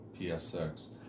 PSX